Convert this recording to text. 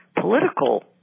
political